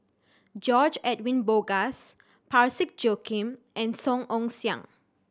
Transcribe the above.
George Edwin Bogaars Parsick Joaquim and Song Ong Siang